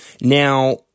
Now